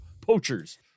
poachers